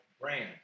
brand